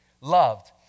loved